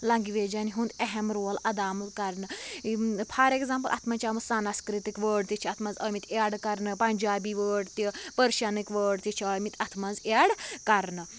لَنٛگویجَن ہُنٛد اہم رول اَدا آمُت کَرنہٕ فار ایٚگزامپٕل اتھ مَنٛز چھُ آمُت سَنسکرتٕکۍ وٲڈ تہِ چھِ اَتھ مَنٛز آمٕتۍ ایٚڈ کَرنہٕ پَنجابی وٲڈ تہِ پٔرشنٕکۍ وٲڈ تہِ چھِ آمٕتۍ اتھ مَنٛز ایٚڈ کَرنہٕ